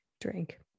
drink